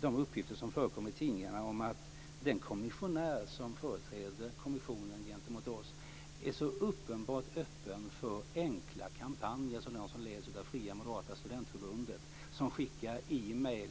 de uppgifter som förekommer i tidningarna om att den kommissionär som företräder kommissionen gentemot oss är så uppenbart öppen för enkla kampanjer. Jag tänker t.ex. på de som leds av Fria Moderata Studentförbundet, som skickar e-mail.